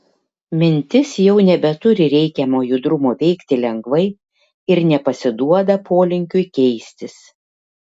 mintis jau nebeturi reikiamo judrumo veikti lengvai ir nepasiduoda polinkiui keistis